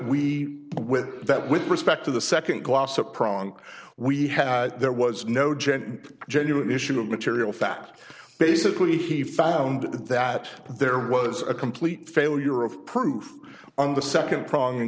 we with that with respect to the second glossop wrong we had there was no chain genuine issue of material fact basically he found that there was a complete failure of proof on the second prong